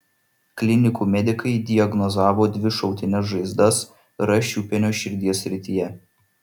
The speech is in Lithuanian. klinikų medikai diagnozavo dvi šautines žaizdas r šiupienio širdies srityje